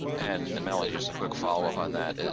and and melanie just a quick follow up on that,